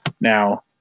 Now